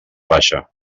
baixa